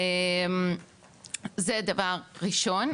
זה דבר ראשון.